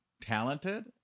talented